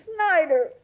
Snyder